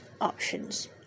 options